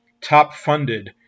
top-funded